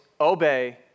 obey